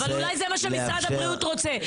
אבל אולי זה מה שמשרד הבריאות רוצה,